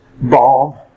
bomb